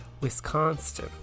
wisconsin